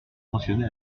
mentionnée